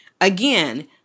Again